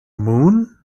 moon